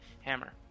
Hammer